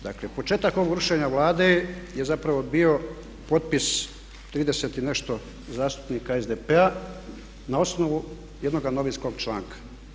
Dakle, početak ovog rušenja Vlade je zapravo bio potpis 30 i nešto zastupnika SDP-a na osnovu jednog novinskog članka.